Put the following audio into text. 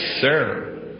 sir